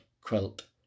quilt